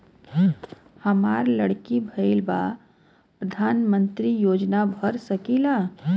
हमार लड़की भईल बा प्रधानमंत्री योजना भर सकीला?